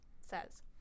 says